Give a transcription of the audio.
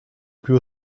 plus